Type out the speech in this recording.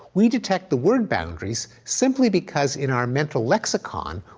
we detect the word boundaries simply because in our mental lexicon,